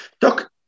Doc